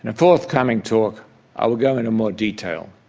and forthcoming talk i will go into more detail,